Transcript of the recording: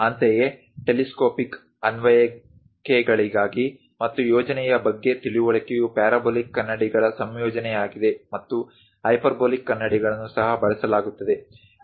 ಅಂತೆಯೇ ಟೆಲಿಸ್ಕೋಪಿಕ್ ಅನ್ವಯಿಕೆಗಳಿಗೆ ಮತ್ತು ಯೋಜನೆಯ ಬಗ್ಗೆ ತಿಳುವಳಿಕೆಯು ಪ್ಯಾರಾಬೋಲಿಕ್ ಕನ್ನಡಿಗಳ ಸಂಯೋಜನೆಯಾಗಿದೆ ಮತ್ತು ಹೈಪರ್ಬೋಲಿಕ್ ಕನ್ನಡಿಗಳನ್ನು ಸಹ ಬಳಸಲಾಗುತ್ತದೆ